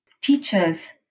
teachers